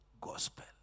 gospel